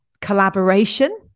collaboration